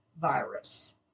virus